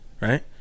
right